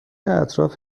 اطراف